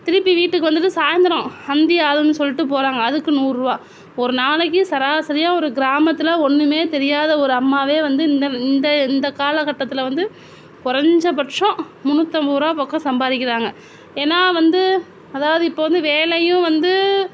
திருப்பி வீட்டுக்கு வந்ததும் சாயந்தரோம் அந்தி ஆள்னு சொல்லிட்டு போறாங்க அதுக்கு நூறு ரூபா ஒரு நாளைக்கு சராசரியாக ஒரு கிராமத்தில் ஒன்றுமே தெரியாத ஒரு அம்மாவே வந்து இந்த இந்த காலகட்டத்தில் வந்து குறஞ்ச பட்சம் முன்னுற்றம்பதுரூபா பக்கோம் சம்பாதிக்கிறாங்க ஏன்னா வந்து அதாவது இப்போ வேலையும் வந்து